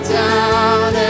down